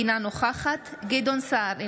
אינה נוכחת גדעון סער,